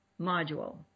module